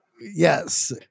Yes